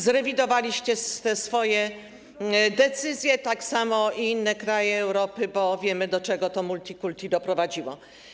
Zrewidowaliście te swoje decyzje, tak samo i inne kraje Europy, bo wiemy, do czego to multikulti doprowadziło.